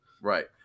Right